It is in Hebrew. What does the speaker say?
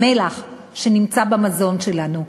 המלח שנמצא במזון שלנו.